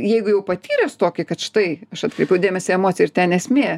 jeigu jau patyręs tokį kad štai aš atkreipiau dėmesį į emociją ir ten esmė